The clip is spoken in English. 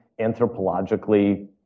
anthropologically